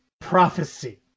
prophecy